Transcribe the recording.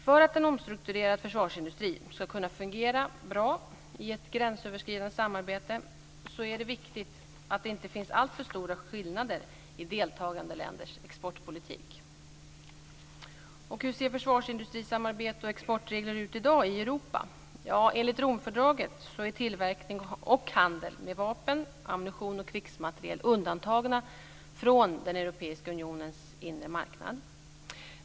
För att en omstrukturerad försvarsindustri ska kunna fungera bra i ett gränsöverskridande samarbete är det viktigt att det inte finns alltför stora skillnader i deltagande länders exportpolitik. Hur ser försvarsindustrisamarbete och exportregler ut i dag i Europa? Enligt Romfördraget är tillverkning och handel med vapen, ammunition och krigsmateriel undantagna från den europeiska unionens inre marknad.